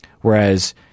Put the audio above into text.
Whereas